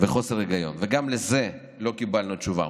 וחוסר היגיון, וגם על זה לא קיבלנו תשובה.